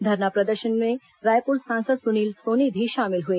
धरना प्रदर्शन में रायपुर सांसद सुनील सोनी भी शामिल हुए